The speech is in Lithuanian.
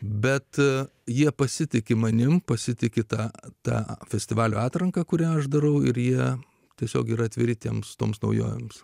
bet jie pasitiki manimi pasitiki ta ta festivalio atranka kurią aš darau ir jie tiesiog yra atviri tiems toms naujovėms